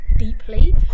deeply